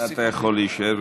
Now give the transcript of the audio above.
אתה יכול להישאר.